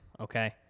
okay